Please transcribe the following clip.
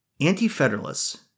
Anti-Federalists